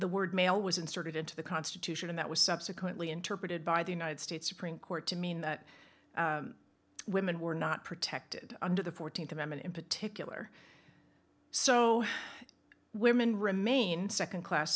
the word male was inserted into the constitution and that was subsequently interpreted by the united states supreme court to mean that women were not protected under the fourteenth amendment in particular so women remain second class